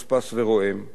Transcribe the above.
בביטחון רב,